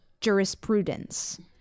jurisprudence